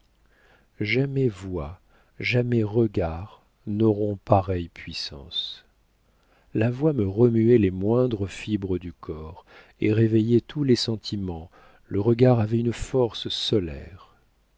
jamais voix jamais regard n'auront pareille puissance la voix me remuait les moindres fibres du corps et réveillait tous les sentiments le regard avait une force